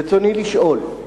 רצוני לשאול: